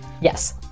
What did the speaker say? Yes